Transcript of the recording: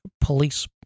police